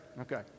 Okay